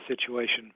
situation